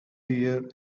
there